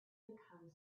become